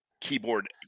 keyboard